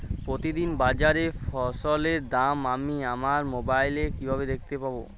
প্রতিদিন বাজারে ফসলের দাম আমি আমার মোবাইলে কিভাবে দেখতে পাব?